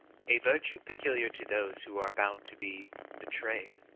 a virtue peculiar to those who are about to be betrayed.